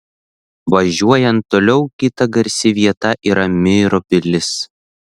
važiuojant toliau kita garsi vieta yra myro pilis